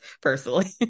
Personally